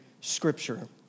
Scripture